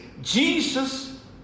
Jesus